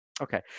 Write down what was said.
okay